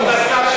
כבוד השר,